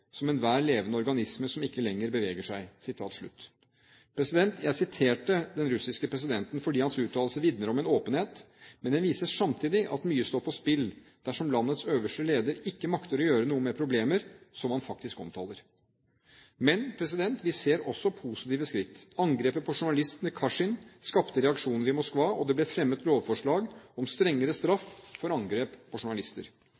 som enhver levende organisme som ikke lenger beveger seg.» Jeg siterte den russiske presidenten fordi hans uttalelse vitner om en åpenhet, men den viser samtidig at mye står på spill dersom landets øverste leder ikke makter å gjøre noe med problemet han faktisk omtaler. Men vi ser også positive skritt. Angrepet på journalisten Kasjin skapte reaksjoner i Moskva, og det ble fremmet lovforslag om strengere